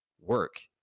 work